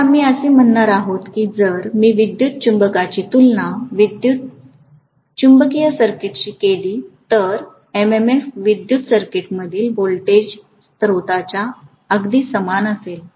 तर आम्ही असे म्हणणार आहोत की जर मी विद्युत चुंबकाची तुलना चुंबकीय सर्किटशी केली तर MMF विद्युत सर्किटमधील व्होल्टेज स्त्रोताच्या अगदी समान असेल